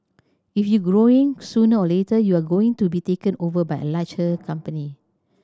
if you growing sooner or later you are going to be taken over by a larger company